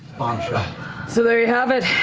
ah marisha so there you have it,